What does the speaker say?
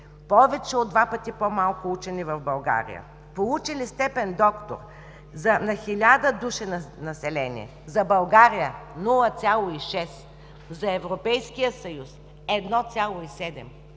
повече от два пъти по-малко учени в България. Получили степен „доктор“ на 1000 души население за България – 0,6; за Европейския съюз – 1,7.